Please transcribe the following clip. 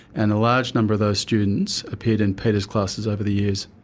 and a large number of those students appeared in peter's classes over the years.